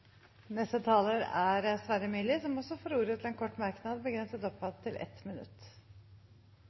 Sverre Myrli har hatt ordet to ganger tidligere og får ordet til en kort merknad, begrenset til 1 minutt.